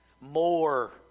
More